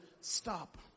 stop